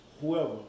whoever